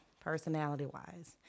personality-wise